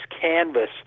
canvas